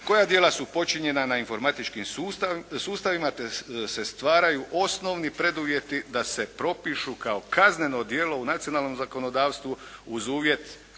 koja djela su počinjena na informatičkim sustavima te se stvaraju osnovni preduvjeti da se propišu kao kazneno djelo u nacionalnom zakonodavstvu uz uvjet